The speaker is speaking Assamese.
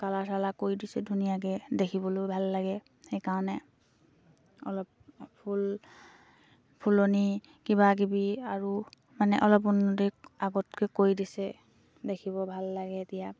কালাৰ চালাৰ কৰি দিছে ধুনীয়াকৈ দেখিবলৈয়ো ভাল লাগে সেইকাৰণে অলপ ফুল ফুলনি কিবাকিবি আৰু মানে অলপ উন্নতি আগতকৈ কৰি দিছে দেখিব ভাল লাগে এতিয়া